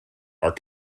are